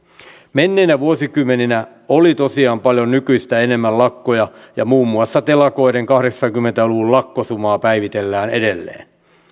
menneinä vuosikymmeninä oli tosiaan paljon nykyistä enemmän lakkoja ja muun muassa telakoiden kahdeksankymmentä luvun lakkosumaa päivitellään edelleen